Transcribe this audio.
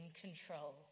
control